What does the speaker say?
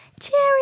cherry